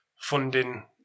funding